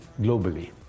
globally